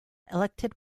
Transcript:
elected